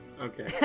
Okay